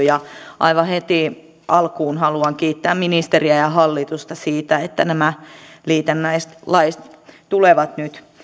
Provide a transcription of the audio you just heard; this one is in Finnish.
ja aivan heti alkuun haluan kiittää ministeriä ja hallitusta siitä että nämä liitännäislait tulevat nyt